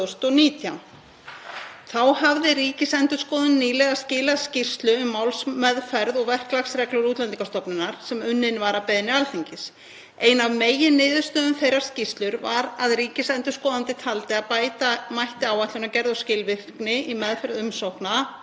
Ein af meginniðurstöðum þeirrar skýrslu var að ríkisendurskoðandi taldi að bæta mætti áætlanagerð og skilvirkni í meðferð umsókna hjá Útlendingastofnun og auk þess mætti stytta málsmeðferðartíma með því að innleiða betri upplýsingakerfi og taka upp rafrænt umsóknarferli.